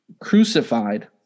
crucified